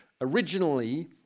Originally